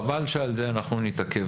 חבל שעל זה אנחנו נתעכב.